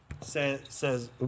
says